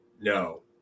no